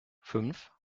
fünf